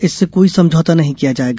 इससे कोई समझौता नहीं किया जाएगा